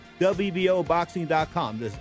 WBOBoxing.com